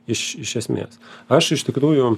iš iš esmės aš iš tikrųjų